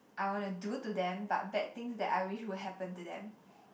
I wanna do to them but bad things that I wish would happen to them